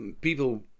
people